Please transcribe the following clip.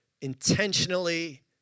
intentionally